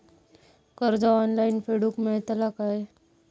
कर्ज ऑनलाइन फेडूक मेलता काय?